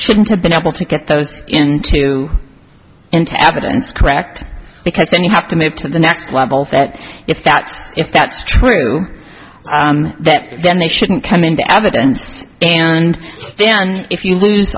shouldn't have been able to get those into into evidence correct because then you have to move to the next level for that if that if that's true that then they shouldn't come into evidence and then if you lose